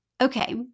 Okay